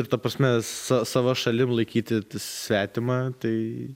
ir ta prasme savo šalim laikyti svetimą tai